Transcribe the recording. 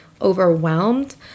overwhelmed